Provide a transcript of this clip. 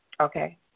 Okay